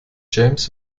james